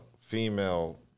female